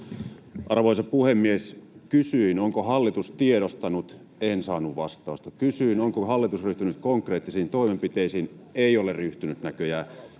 Arvoisa puhemies! Kysyin, onko hallitus tiedostanut — en saanut vastausta. Kysyin, onko hallitus ryhtynyt konkreettisiin toimenpiteisiin — ei ole ryhtynyt näköjään.